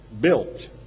built